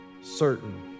certain